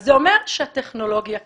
זה אומר שהטכנולוגיה קיימת.